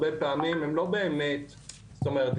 זאת אומרת,